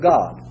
God